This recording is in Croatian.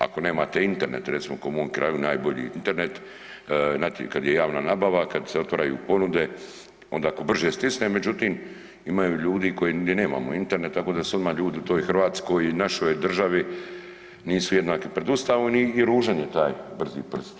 Ako nemate Internet recimo kao u mom kraju najbolji Internet kad je javna nabava, kada se otvaraju ponude onda tko brže stisne, međutim ima ljudi koji gdje nemaju Internet tako da se odmah ljudi u toj Hrvatskoj i našoj državi nisu jednaki pred Ustavom i ružan je taj brzi prst.